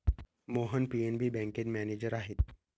Mohan PNB बँकेत manager आहेत